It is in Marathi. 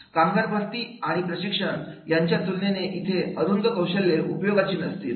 कामगार भरती आणि प्रशिक्षण यांच्या तुलनेने इथे अरुंद कौशले उपयोगाची नसतील